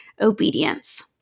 obedience